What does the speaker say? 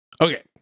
Okay